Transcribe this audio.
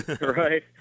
Right